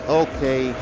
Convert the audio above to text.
okay